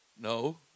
No